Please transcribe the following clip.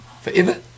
forever